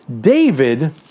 David